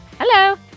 Hello